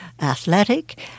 athletic